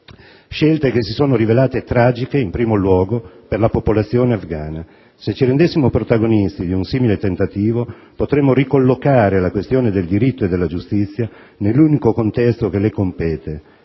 scelte che si sono rivelate tragiche in primo luogo per la popolazione afghana. Se ci rendessimo protagonisti di un simile tentativo, potremmo ricollocare la questione del diritto e della giustizia nell'unico contesto che le compete,